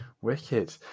Wicked